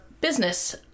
business